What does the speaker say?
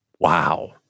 Wow